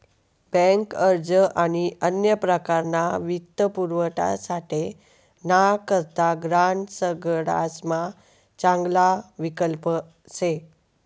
bank अर्ज आणि अन्य प्रकारना वित्तपुरवठासाठे ना करता ग्रांड सगडासमा चांगला विकल्प शे